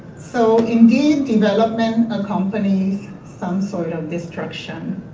so, indeed, development accompanies some sort of destruction.